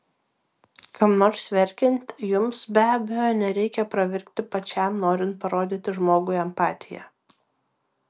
kam nors verkiant jums be abejo nereikia pravirkti pačiam norint parodyti žmogui empatiją